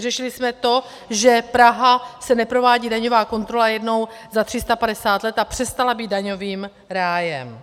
Vyřešili jsme to, že Praha se neprovádí daňová kontrola jednou za 350 let a přestala být daňovým rájem.